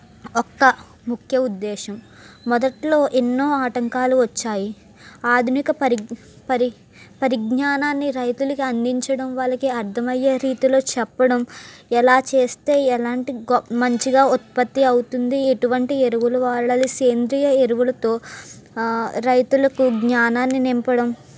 ఒక్క ముఖ్య ఉద్దేశం మొదట్లో ఎన్నో ఆటంకాలు వచ్చాయి ఆధునిక పరి పరి పరిజ్ఞానాన్ని రైతులకి అందించడం వాళ్ళకి అర్థమయ్యే రీతిలో చెప్పడం ఎలా చేస్తే ఎలాంటి గొ మంచిగా ఉత్పత్తి అవుతుంది ఎటువంటి ఎరువులు వాడాలి సేంద్రియ ఎరువులతో రైతులకు జ్ఞానాన్ని నింపడం